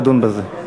נדון בזה.